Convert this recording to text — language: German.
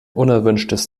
unerwünschtes